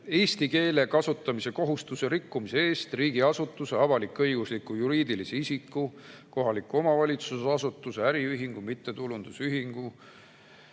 eesti keele kasutamise kohustuse rikkumise eest riigiasutuse, avalik-õigusliku juriidilise isiku, kohaliku omavalitsuse asutuse, äriühingu, mittetulundusühingu